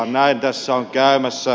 näin tässä on käymässä